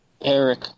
Eric